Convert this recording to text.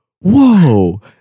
whoa